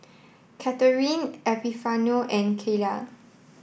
Catharine Epifanio and Kaela